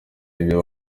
ibyo